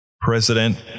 President